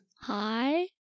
Hi